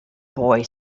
boy